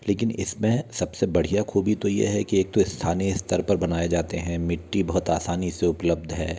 लेकिन इसमें सबसे बढ़िया खूबी तो ये है कि एक तो स्थानीय स्तर पर बनाए जाते हैं मिट्टी बहुत आसानी से उपलब्ध है